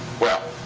well.